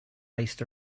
raced